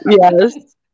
Yes